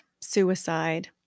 suicide